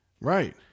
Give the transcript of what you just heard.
Right